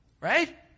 right